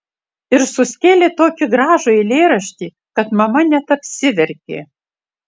ir suskėlė tokį gražų eilėraštį kad mama net apsiverkė